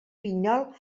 pinyol